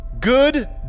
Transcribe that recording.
good